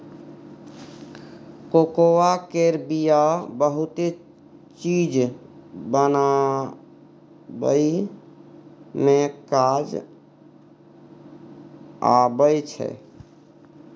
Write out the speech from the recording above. cocoa केर बिया बहुते चीज बनाबइ मे काज आबइ छै